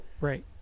right